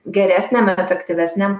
geresniam efektyvesniam